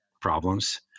problems